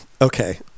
Okay